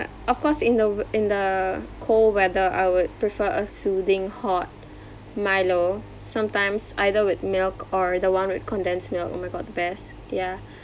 uh of course in the in the cold weather I would prefer a soothing hot Milo sometimes either with milk or the one with condensed milk oh my god the best ya